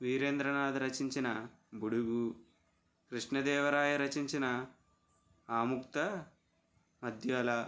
వీరేంద్రనాథ్ రచించిన బుడుగు కృష్ణదేవరాయ రచించిన ఆముక్తమాల్యద